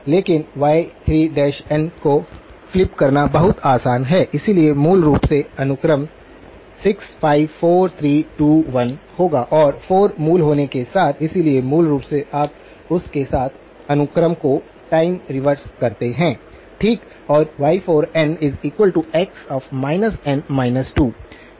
लेकिन y3n को flip करना बहुत आसान है इसलिए मूल रूप से अनुक्रम 6 5 4 3 2 1 होगा और 4 मूल होने के साथ इसलिए मूल रूप से आप उस के साथ अनुक्रम को टाइम रिवर्स करते हैं ठीक और y4nx n 2